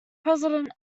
president